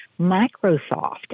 Microsoft